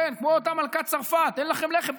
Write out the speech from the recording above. כמו אותה מלכת צרפת: אין לכם לחם?